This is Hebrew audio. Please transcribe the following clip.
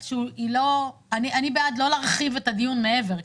אני בעד לא להרחיב את הדיון מעבר,